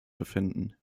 befinden